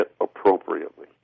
appropriately